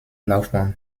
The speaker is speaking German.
laufbahn